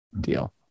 deal